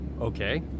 Okay